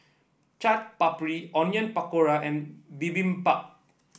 Chaat Papri Onion Pakora and Bibimbap